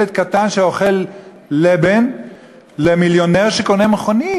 ילד קטן שאוכל לבן ועל מיליונר שקונה מכונית.